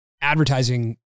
advertising